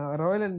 royal